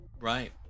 Right